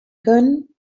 können